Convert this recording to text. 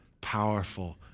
powerful